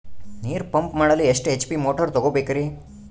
ನೀರು ಪಂಪ್ ಮಾಡಲು ಎಷ್ಟು ಎಚ್.ಪಿ ಮೋಟಾರ್ ತಗೊಬೇಕ್ರಿ?